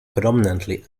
predominantly